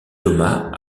thomas